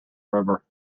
river